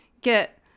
get